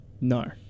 No